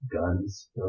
Guns